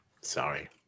Sorry